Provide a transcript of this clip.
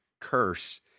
curse